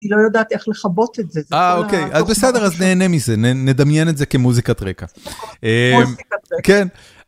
אני לא יודעת איך לכבות את זה. אה אוקיי, אז בסדר, אז נהנה מזה, נדמיין את זה כמוזיקת רקע. מוזיקת רקע.